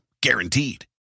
Guaranteed